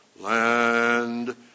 land